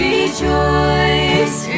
Rejoice